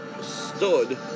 stood